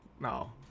No